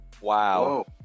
Wow